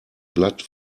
blatt